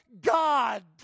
god